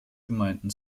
gemeinden